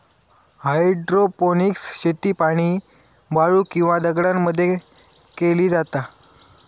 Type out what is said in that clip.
hydroponics शेती पाणी, वाळू किंवा दगडांमध्ये मध्ये केली जाता